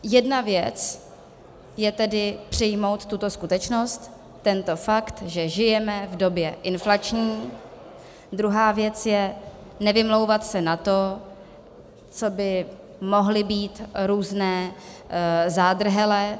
Jedna věc je tedy přijmout tuto skutečnost, tento fakt, že žijeme v době inflační, druhá věc je nevymlouvat se na to, co by mohly být různé zádrhele.